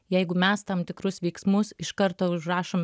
jeigu mes tam tikrus veiksmus iš karto užrašom